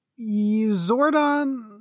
Zordon